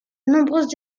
nombreuses